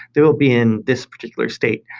they will be in this particular state.